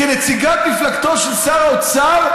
באמת, כנציגת מפלגתו של שר האוצר,